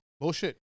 Bullshit